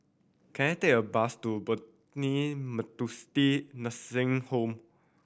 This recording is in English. can I take a bus to Methodist Nursing Home